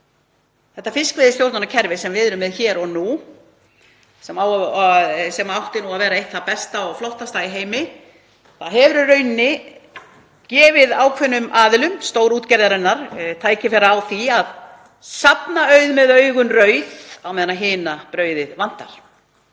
Þetta fiskveiðistjórnarkerfi sem við erum með hér og nú, sem átti að vera eitt það besta og flottasta í heimi, hefur í rauninni gefið ákveðnum aðilum stórútgerðarinnar tækifæri á því að safna auð með augun rauð á meðan hina brauðið vantar.